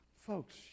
Folks